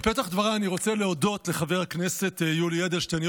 בפתח דבריי אני רוצה להודות לחבר הכנסת יולי אדלשטיין,